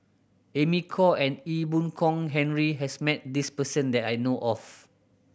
Amy Khor and Ee Boon Kong Henry has met this person that I know of